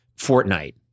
Fortnite